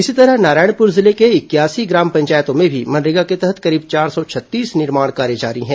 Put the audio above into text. इसी तरह नारायणपुर जिले के इकयासी ग्राम पंचायतों में भी मनरेगा के तहत करीब चार सौ छत्तीस निर्माण कार्य जारी है